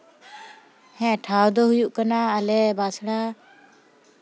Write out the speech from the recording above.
ᱦᱮᱸ ᱴᱷᱟᱶ ᱫᱚ ᱦᱩᱭᱩᱜ ᱠᱟᱱᱟ ᱟᱞᱮ ᱵᱟᱸᱥᱲᱟ